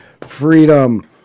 freedom